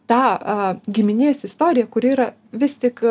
tą giminės istoriją kuri yra vis tik